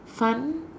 fun